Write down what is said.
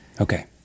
Okay